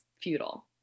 futile